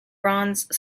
bronze